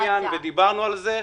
היו דיונים בעניין, ודיברנו על זה,